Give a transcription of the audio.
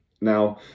Now